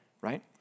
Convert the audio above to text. right